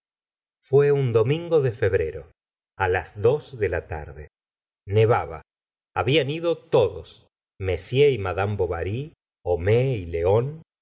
fué un domingo de febrero las dos de la tarde nevaba habían ido todos m y mad bovary homais y león